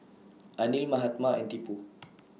Anil Mahatma and Tipu